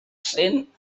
cent